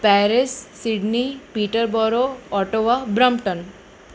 Paris Sydney Peterborough Ottawa Brampton